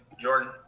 Jordan